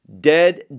dead